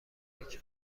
قیمت